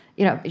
you know,